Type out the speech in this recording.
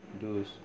do's